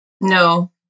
No